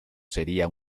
sería